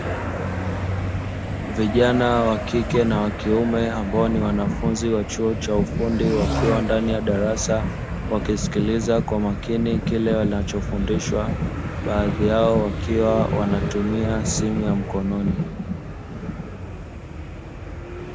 Vijana wa kike na wa kiume ambao ni wanafunzi wa chuo cha ufundi wakiwa ndani ya darasa, wakisikiliza kwa makini kile wanachofundishwa, baadhi yao wakiwa wanatumia simu ya mkononi.